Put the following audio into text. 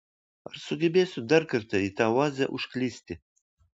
ar sugebėsiu dar kartą į tą oazę užklysti